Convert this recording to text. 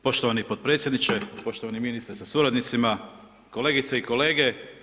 Poštovani potpredsjedniče, poštovani ministre sa suradnicima, kolegice i kolege.